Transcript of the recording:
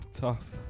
Tough